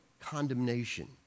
condemnation